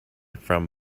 from